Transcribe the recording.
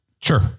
sure